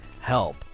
help